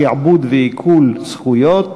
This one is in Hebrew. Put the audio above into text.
שעבוד ועיקול זכויות),